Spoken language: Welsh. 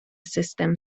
sustem